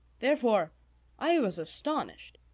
therefore i was astonished.